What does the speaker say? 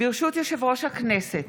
ברשות יושב-ראש הכנסת,